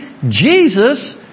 Jesus